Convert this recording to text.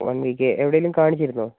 one week എവിടേലും കാണിച്ചിരുന്നോ